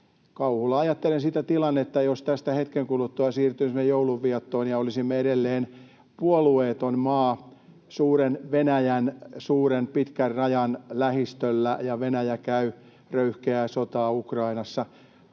Kauhulla ajattelen sitä tilannetta, jos tästä hetken kuluttua siirtyisimme joulun viettoon ja olisimme edelleen puolueeton maa suuren Venäjän pitkän rajan lähistöllä, kun Venäjä käy röyhkeää sotaa Ukrainassa.